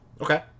okay